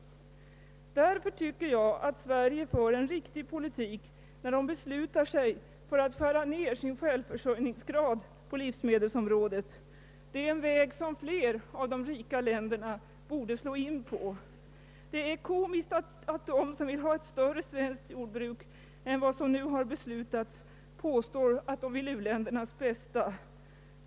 Därför tycker jag att Sverige för en riktig politik, när det beslutar sig för att skära ner sin självförsörjningsgrad på livsmedelsområdet. Det är en väg som fler av de rika länderna borde slå in på. Det är komiskt att de som vill ha ett större svenskt jordbruk än vad som nu har beslutats påstår att de vill u-ländernas bästa.